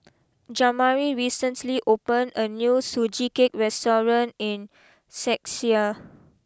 Jamari recently opened a new Sugee Cake restaurant in Czechia